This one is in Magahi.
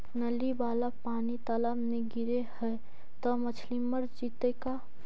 नली वाला पानी तालाव मे गिरे है त मछली मर जितै का?